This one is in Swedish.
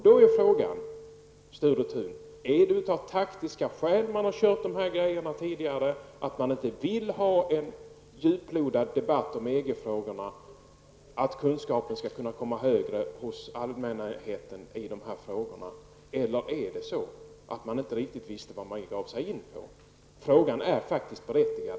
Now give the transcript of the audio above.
Då är frågan, Sture Thun: Är det av taktiska skäl som regeringen har handskats på detta sätt med frågan tidigare, för att man inte vill ha en djuplodande debatt om EG frågorna, så att kunskapen ökar hos allmänheten, eller visste man inte riktigt vad man gav sig in på? Frågan är faktiskt berättigad.